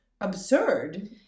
absurd